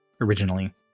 originally